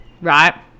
right